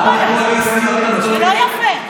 זה לא יפה.